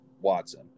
Watson